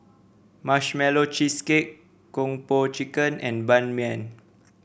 Marshmallow Cheesecake Kung Po Chicken and Ban Mian